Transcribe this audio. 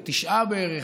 תשעה בערך,